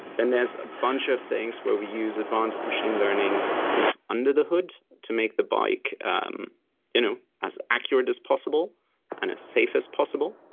then there's a bunch of things where we use advanced machine learning kind of under the hood to make the bike um you know as accurate as possible and as safe as possible.